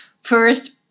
first